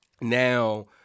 now